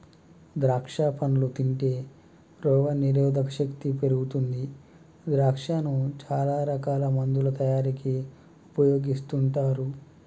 ద్రాక్షా పండ్లు తింటే రోగ నిరోధక శక్తి పెరుగుతుంది ద్రాక్షను చాల రకాల మందుల తయారీకి ఉపయోగిస్తుంటారు